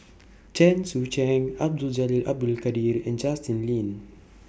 Chen Sucheng Abdul Jalil Abdul Kadir and Justin Lean